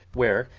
where,